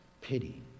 pity